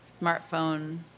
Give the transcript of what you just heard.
smartphone